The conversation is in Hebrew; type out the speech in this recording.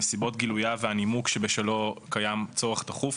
נסיבות גילויה והנימוק שבשלו קיים צורך דחוף.